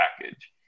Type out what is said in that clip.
package